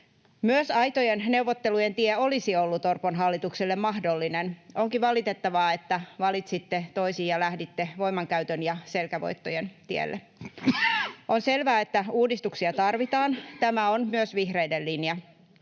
Myös aitojen neuvottelujen tie olisi ollut Orpon hallitukselle mahdollinen. Onkin valitettavaa, että valitsitte toisin ja lähditte voimankäytön ja selkävoittojen tielle. On selvää, että uudistuksia tarvitaan, tämä on myös vihreiden linja.